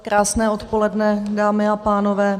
Krásné odpoledne, dámy a pánové.